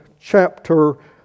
chapter